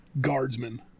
guardsmen